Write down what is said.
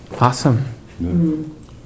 Awesome